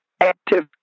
active